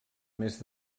més